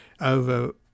over